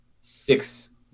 six